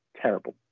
terrible